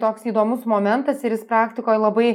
toks įdomus momentas ir jis praktikoj labai